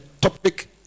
topic